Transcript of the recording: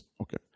Okay